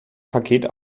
paket